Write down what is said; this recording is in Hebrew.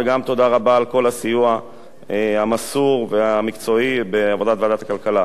גם תודה רבה על כל הסיוע המסור והמקצועי בעבודת ועדת הכלכלה.